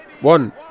One